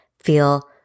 feel